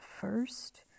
First